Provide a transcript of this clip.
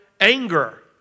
anger